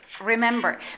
remember